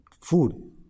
food